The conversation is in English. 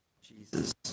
Jesus